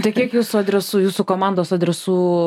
tai kiek jūsų adresų jūsų komandos adresų